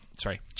Sorry